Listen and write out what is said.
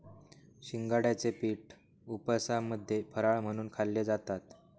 शिंगाड्याचे पीठ उपवासामध्ये फराळ म्हणून खाल्ले जातात